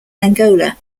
angola